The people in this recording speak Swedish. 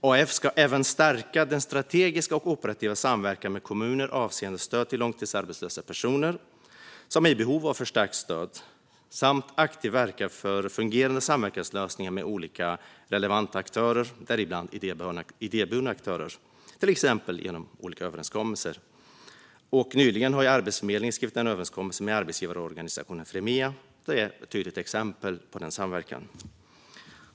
AF ska även stärka den strategiska och operativa samverkan med kommuner avseende stöd till långtidsarbetslösa personer som är i behov av förstärkt stöd samt aktivt verka för fungerande samverkanslösningar med olika relevanta aktörer, däribland idéburna aktörer, till exempel genom olika överenskommelser. Nyligen har Arbetsförmedlingen skrivit en överenskommelse med arbetsgivarorganisationen Fremia. Det är ett tydligt exempel på den samverkan.